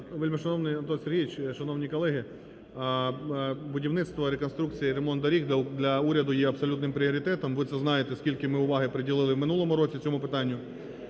Вельмишановний Анатолій Сергійович, шановні колеги, будівництво, реконструкція і ремонт доріг для уряду є абсолютним пріоритетом. Ви це знаєте, скільки ми уваги приділили в минулому році цьому питанню.